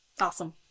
awesome